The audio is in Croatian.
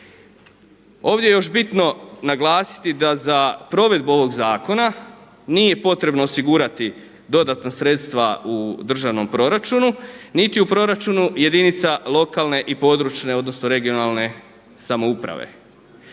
Ovdje je još bitno naglasiti da za provedbu ovog zakona nije potrebno osigurati dodatna sredstva u državnom proračunu, niti u proračunu jedinica lokalne (regionalne) i područne samouprave.